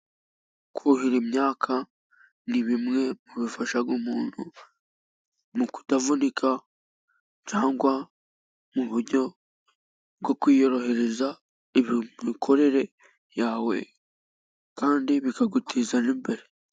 Kuhira imyaka ni bimwe mu bifasha umuntu mu kutavunika, cyangwa mu buryo bwo kwiyorohereza imikorere yawe, kandi bikaguteza n'imbere.